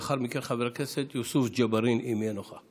לאחר מכן, חבר הכנסת יוסף ג'בארין, אם יהיה נוכח.